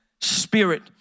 Spirit